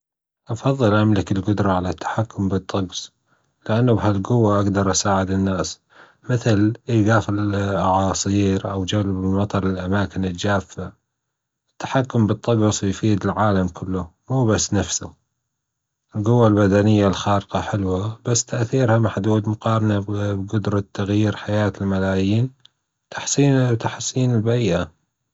أفضل أملك الجدرة على التحكم بالطقس لانه بهالجوة أجدر أساعد الناس، مثل أيجاف الأعاصير أو جلب المطر للأماكن الجافة، التحكم بالطجس يفيد العالم كله مو بس نفسه، الجوة البدنية الخارقة حلوة بس تأثيرها محدود مقارنة بجدرة تغيير حياة الملايين تحسين تحسين البيئة.